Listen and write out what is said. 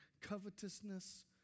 covetousness